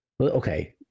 Okay